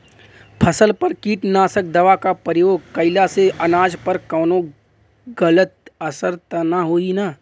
फसल पर कीटनाशक दवा क प्रयोग कइला से अनाज पर कवनो गलत असर त ना होई न?